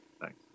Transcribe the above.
Thanks